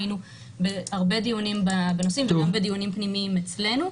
היינו בהרבה דיונים בנושאים וגם בדיונים פנימיים אצלנו.